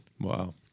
Wow